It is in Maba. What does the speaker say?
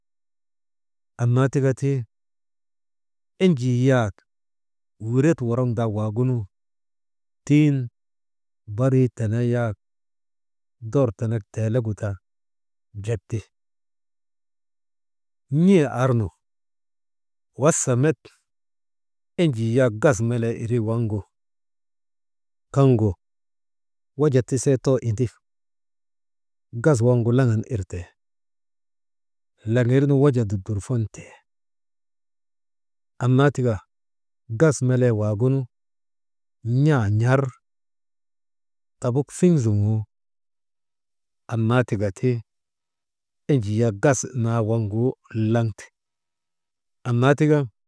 Annaa tika ti enjii yak wiret woroŋdaa waagunu, tiŋ barii tee tenee yak, dor tenek teelegu ta, drep ti n̰ee arnu, wasa met enjii yak gas melee waŋgu kaŋgu waja tisee too indi, gas wavgu laŋan irte, laŋirnu waja ndudurfonte, annaa tika gas melee waagunu, n̰aa n̰ar tabuk fiŋ zoŋoo, annaa tika enjii yak gas naa waŋgu laŋte anna tika.